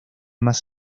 más